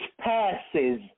passes